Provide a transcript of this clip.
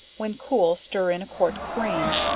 when cool stir in a quart cream,